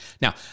Now